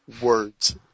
Words